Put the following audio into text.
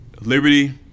Liberty